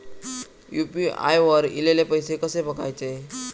UPI वर ईलेले पैसे कसे बघायचे?